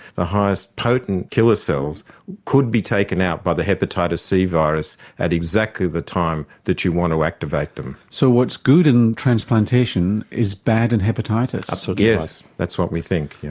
the highest potent killer cells could be taken out by the hepatitis c virus at exactly the time that you want to activate them. so what's good in transplantation is bad in hepatitis? so yes, that's what we think.